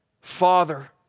father